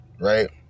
right